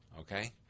Okay